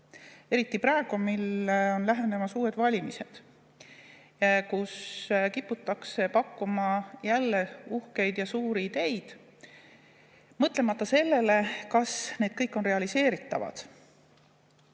Eriti praegu, mil on lähenemas uued valimised, kui kiputakse jälle pakkuma uhkeid ja suuri ideid, mõtlemata sellele, kas need kõik on realiseeritavad.